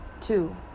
Two